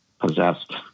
possessed